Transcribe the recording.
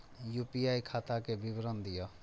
UPI खाता के विवरण दिअ?